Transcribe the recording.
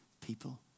people